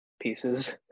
pieces